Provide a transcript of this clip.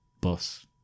bus